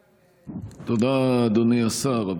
תודה, אדוני השר.